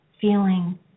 feeling